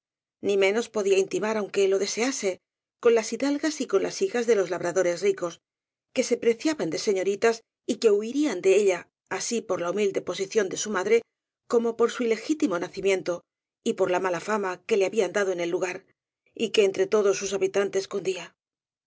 ni menos podía intimar aunque lo desease con las hidalgas y con las hijas de los labradores ricos que se preciaban de seño ritas y que huirían de ella así por la humilde po sición de su madre como por su ilegítimo naci miento y por la mala fama que le habían dado en el lugar y que entre todos sus habitantes cundía